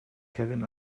kevin